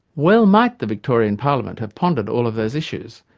well might the victorian parliament have pondered all of those issues,